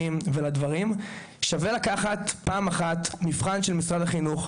ולדברים שווה לקחת פעם אחת מבחן של משרד החינוך,